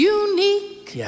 unique